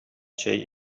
чэй